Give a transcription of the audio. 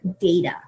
data